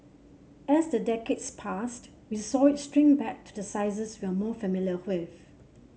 as the decades passed we saw it shrink back to the sizes we are more familiar with